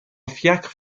fiacre